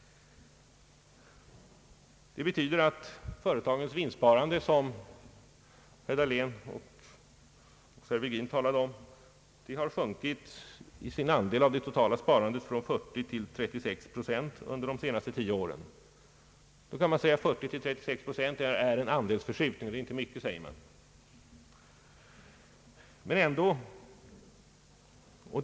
Det betyder att företagens vinstsparande, som herr Dahlén och herr Virgin talade om, har sjunkit i sin andel av det totala sparandet från 40 till 36 procent under de senaste tio åren. Då kan man naturligtvis säga att en förskjutning från 40 till 36 procent inte är mycket.